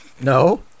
No